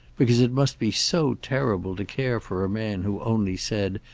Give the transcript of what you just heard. because it must be so terrible to care for a man who only said,